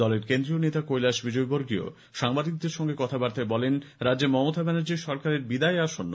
দলের কেন্দ্রীয় নেতা কৈলাশ বিজয়বর্গীয় সাংবাদিকদের সঙ্গে কথাবার্তায় বলেন রাজ্যে মমতা ব্যানার্জির সরকারের বিদায় আসন্ন